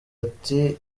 ati